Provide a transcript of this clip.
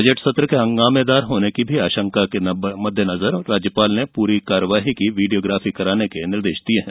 budget सत्र के हंगामेदार होने की आशंका के मद्देनजर राज्यपाल ने पूरी कार्यवाही की वीडियोग्राफी कराने के निर्देश भी दिये हैं